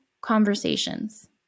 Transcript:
conversations